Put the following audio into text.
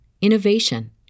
innovation